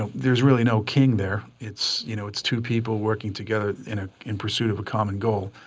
ah there's really no king there. it's you know it's two people working together in ah in pursuit of a common goal.